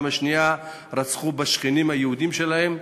השנייה רצחו בשכנים היהודים שלהם.